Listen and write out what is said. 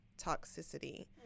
toxicity